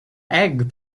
egg